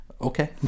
okay